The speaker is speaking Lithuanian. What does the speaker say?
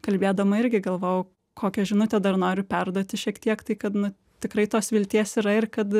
kalbėdama irgi galvojau kokią žinutę dar noriu perduoti šiek tiek tai kad nu tikrai tos vilties yra ir kad